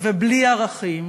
ובלי ערכים.